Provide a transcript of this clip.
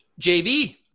JV